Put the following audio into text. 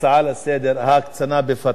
הצעה לסדר: ההקצנה ב"פתח".